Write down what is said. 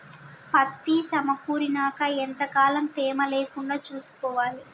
పత్తి సమకూరినాక ఎంత కాలం తేమ లేకుండా చూసుకోవాలి?